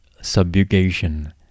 subjugation